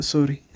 Sorry